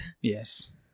Yes